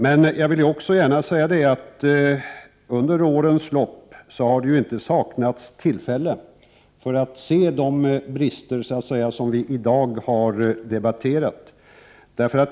Men jag vill också gärna säga att det under årens lopp ju inte har saknats tillfällen att konstatera de brister som vi i dag har debatterat.